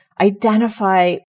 identify